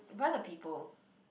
why the people